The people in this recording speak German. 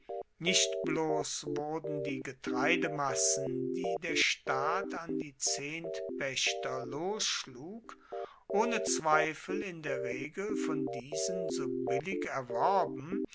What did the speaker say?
nicht bloss wurden die getreidemassen die der staat an die zehntpaechter losschlug ohne zweifel in der regel von diesen so billig erworben